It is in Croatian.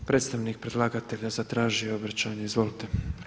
Predstavnik predlagatelja zatražio je obraćanje, izvolite.